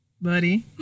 buddy